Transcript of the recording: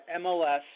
MLS